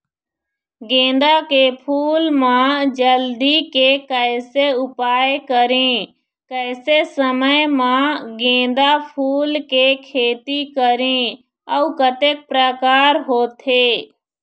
गेंदा फूल मा जल्दी के कैसे उपाय करें कैसे समय मा गेंदा फूल के खेती करें अउ कतेक प्रकार होथे?